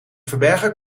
verbergen